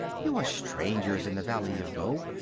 you are strangers in the valley of voe,